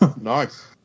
Nice